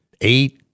eight